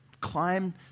climb